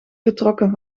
getrokken